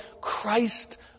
Christ